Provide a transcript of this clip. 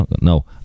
no